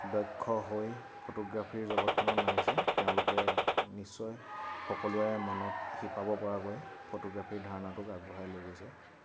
দক্ষ্য হৈ ফটোগ্ৰাফীৰ জগতখনত নামিছে তেওঁলোকে নিশ্চয় সকলোৰে মনত শিপাব পৰাকৈ ফটোগ্ৰাফীৰ ধাৰণাটোক আগুবঢ়াই লৈ গৈছে